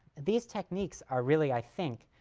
these techniques are really i think